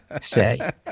say